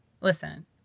Listen